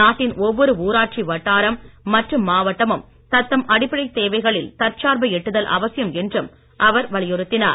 நாட்டின் ஒவ்வொரு ஊராட்சி வட்டாரம் மற்றும் மாவட்டமும் தத்தம் அடிப்படைத் தேவைகளில் தற்சார்பை எட்டுதல் அவசியம் என்றும் அவர் வலியுறுத்தினார்